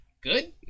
good